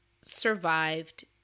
survived